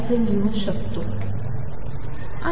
असे लिहू शकतो